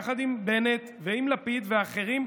יחד עם בנט ועם לפיד ואחרים,